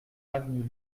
avenue